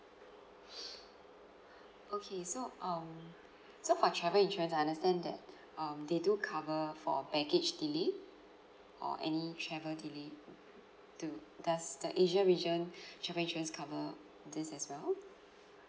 okay so um so for travel insurance I understand that um they do cover for baggage delay or any travel delay too does the asia region travel insurance cover this as well